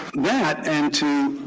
that, and to